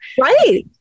Right